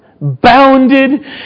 bounded